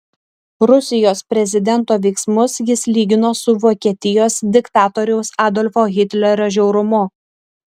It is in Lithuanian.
rusijos prezidento veiksmus jis lygino su vokietijos diktatoriaus adolfo hitlerio žiaurumu